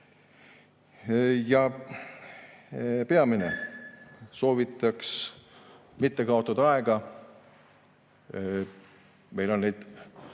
peamine: soovitaks mitte kaotada aega. Meil on neid